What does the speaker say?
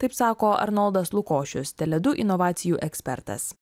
taip sako arnoldas lukošius teledu inovacijų ekspertas